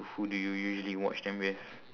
who do you usually watch them with